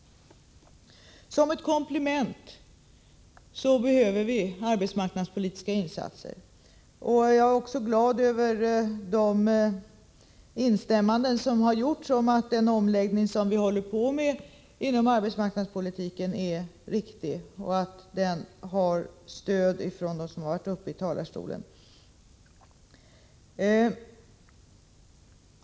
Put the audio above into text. Som ett komplement behöver vi arbetsmarknadspolitiska insatser. Jag är glad över de instämmanden som har gjorts i att den omläggning som vi håller på med inom arbetsmarknadspolitiken är riktig, och att den har stöd av dem som har varit uppe i talarstolen.